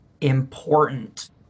important